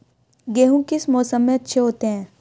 गेहूँ किस मौसम में अच्छे होते हैं?